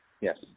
Yes